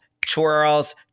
twirls